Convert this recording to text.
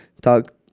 talk